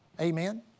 Amen